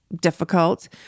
difficult